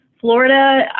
Florida